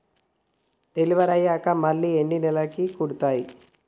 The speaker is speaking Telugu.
డెలివరీ అయ్యాక మళ్ళీ ఎన్ని నెలలకి కడుతాయి?